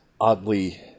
oddly